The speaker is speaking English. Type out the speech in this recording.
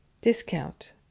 discount